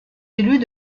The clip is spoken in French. élus